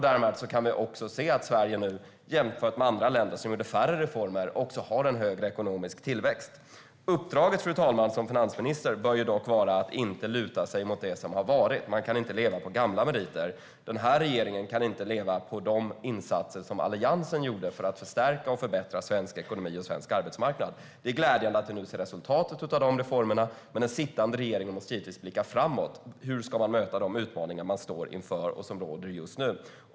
Därmed kan vi också se att Sverige nu även har en högre ekonomisk tillväxt jämfört med andra länder som genomförde färre reformer. Uppdraget som finansminister, fru talman, bör dock inte handla om att luta sig mot det som har varit. Man kan inte leva på gamla meriter. Den här regeringen kan inte leva på de insatser som Alliansen gjorde för att förstärka och förbättra svensk ekonomi och svensk arbetsmarknad. Det är glädjande att vi nu ser resultatet av de reformerna, men den sittande regeringen måste givetvis blicka framåt: Hur ska man möta de utmaningar man står inför och som råder just nu?